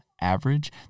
average